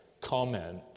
comment